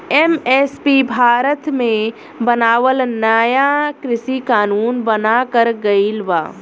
MSP Bharat मे बनावल नाया कृषि कानून बनाकर गइल बा